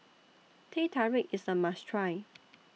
Teh Tarik IS A must Try